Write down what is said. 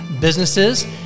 businesses